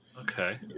Okay